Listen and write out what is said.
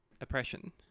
oppression